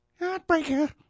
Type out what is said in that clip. Heartbreaker